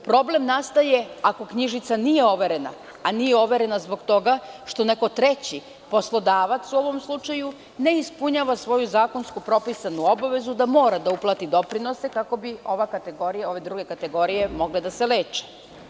Problem nastaje ako knjižica nije overena, a nije overena zbog toga što neko treći, poslodavacu ovom slučaju, ne ispunjava svoju zakonski propisanu obavezu da mora da uplati doprinose kako bi ove kategorije mogle da se leče.